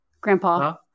grandpa